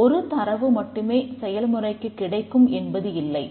ஒரு தரவு மட்டுமே செயல்முறைக்கு கிடைக்கும் என்பது இல்லை